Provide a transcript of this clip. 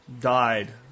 died